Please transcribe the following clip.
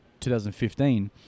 2015